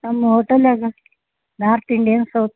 ನಮ್ಮ ಹೋಟಲ್ಯಾಗ north Indian south